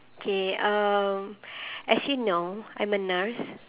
okay um as you know I'm a nurse